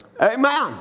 Amen